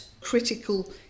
critical